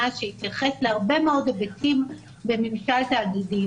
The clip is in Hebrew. שהתייחס להרבה מאוד היבטים בממשל תאגידי,